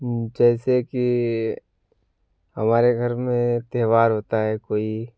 जैसे कि हमारे घर में त्यौहार होता है कोई